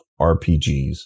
RPGs